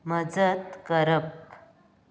मजत करप